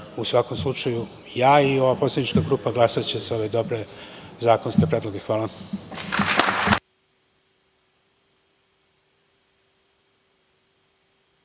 u svakom slučaju ja i moja poslanička grupa glasaće za ove dobre zakonske predloge. Hvala.